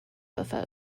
ufo